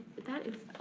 that is